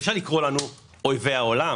אי-אפשר לקרוא לנו "אויבי העולם".